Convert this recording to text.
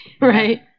Right